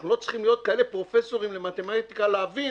אנחנו לא צריכים כאלה פרופ' למתמטיקה כדי להבין